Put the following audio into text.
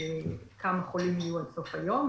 כמה חולים יהיו עד סוף היום.